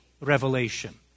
revelation